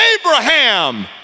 Abraham